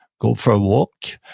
go for a walk,